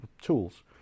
tools